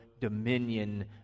dominion